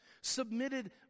submitted